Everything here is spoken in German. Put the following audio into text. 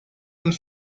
und